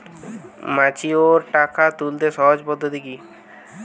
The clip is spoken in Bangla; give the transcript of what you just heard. ম্যাচিওর টাকা তুলতে সহজ পদ্ধতি কি?